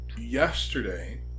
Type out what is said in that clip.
yesterday